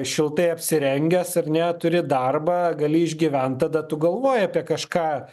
šiltai apsirengęs ar ne turi darbą gali išgyvent tada tu galvoji apie kažką